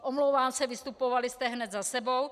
Omlouvám se, vystupovali jste hned za sebou...